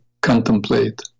contemplate